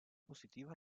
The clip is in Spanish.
positivas